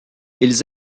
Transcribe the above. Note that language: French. ils